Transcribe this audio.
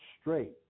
straight